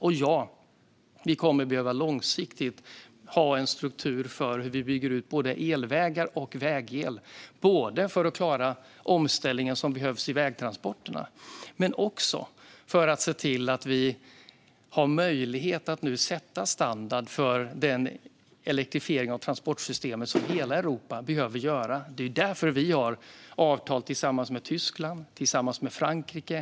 Och ja, vi kommer långsiktigt att behöva ha en struktur för hur vi bygger ut både elvägar och vägel, både för att klara den omställning som behövs när det gäller vägtransporterna och för att se till att vi nu har möjlighet att sätta den standard för elektrifieringen av transportsystemet som hela Europa behöver. Det är därför vi har avtal tillsammans med Tyskland och Frankrike.